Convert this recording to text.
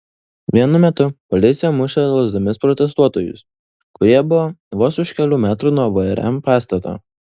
vienu metu policija mušė lazdomis protestuotojus kurie buvo vos už kelių metrų nuo vrm pastato